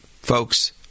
folks